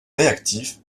réactif